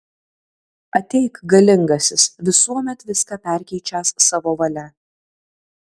ateik galingasis visuomet viską perkeičiąs savo valia